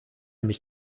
mich